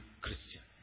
Christians